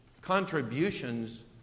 contributions